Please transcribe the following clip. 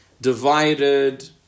divided